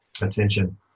attention